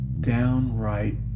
downright